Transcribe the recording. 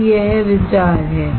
तो यह विचार है